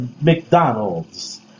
McDonald's